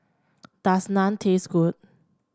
does Naan taste good